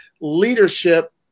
leadership